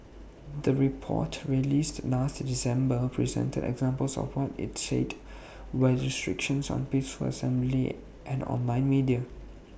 the report released last December presented examples of what IT said were restrictions on peaceful assembly and online media